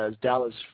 Dallas